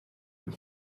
and